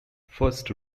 fast